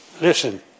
Listen